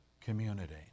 community